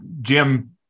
Jim